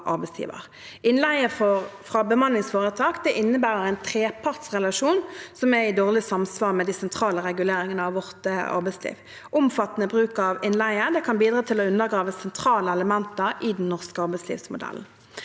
Innleie fra bemanningsforetak innebærer en trepartsrelasjon, noe som samsvarer dårlig med de sentrale reguleringene av vårt arbeidsliv. Omfattende bruk av innleie kan bidra til å undergrave sentrale elementer i den norske arbeidslivsmodellen.